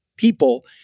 People